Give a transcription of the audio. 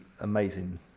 amazing